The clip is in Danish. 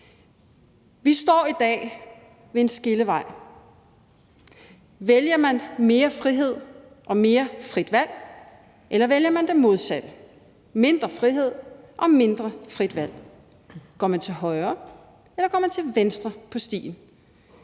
Vi står i dag ved en skillevej. Vælger man mere frihed og mere frit valg, eller vælger man det modsatte – mindre frihed og mindre frit valg? Går man til højre eller går man til venstre